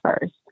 first